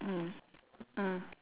mm mm